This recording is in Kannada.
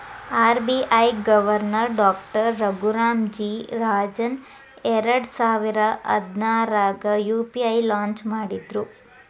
RBI governor doctor Raghuram G Rajan ಎರಡಸಾವಿರ ಹದ್ನಾರಾಗ ಯು.ಪಿ.ಐ ಲಾಂಚ್ ಮಾಡಿದ್ರು